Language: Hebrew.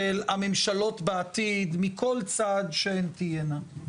של הממשלות בעתיד, מכל צד שהן תהיינה.